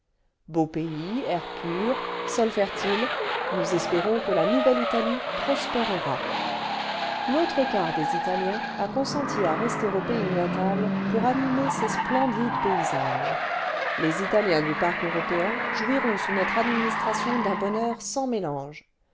beau pa ts air pur sol fertile nous espérons que la nouvelle italie prospérera l'autre quart des italiens a consenti à rester au pays natal pour animer ses splendides paysages les italiens du parc européen jouiront sous notre administration d'un bonheur sans mélange